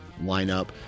lineup